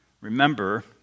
Remember